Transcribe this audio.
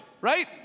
right